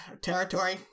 territory